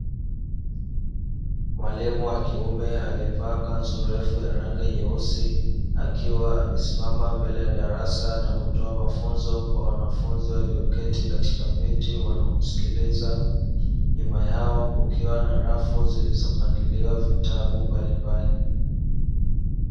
Mwalimu wa kiume anayevaa kanzu refu ya rangi nyeusi akiwa amesimama mbele ya darasa na kutoa mafunzo kwa wanafunzi walioketi katika viti wanaomsikiliza, nyuma yao kukiwa na rafu zilizopangiliwa vitabu mbalimbali.